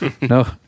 No